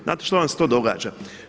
Znate što vam se tu događa?